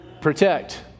Protect